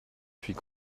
suis